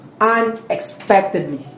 unexpectedly